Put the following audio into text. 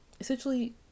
essentially